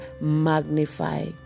magnify